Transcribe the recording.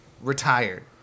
retired